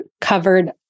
covered